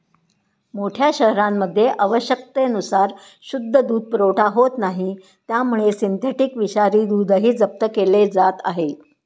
मोठ्या शहरांमध्ये आवश्यकतेनुसार शुद्ध दूध पुरवठा होत नाही त्यामुळे सिंथेटिक विषारी दूधही जप्त केले जात आहे